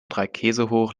dreikäsehoch